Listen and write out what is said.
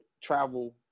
travel